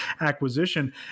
acquisition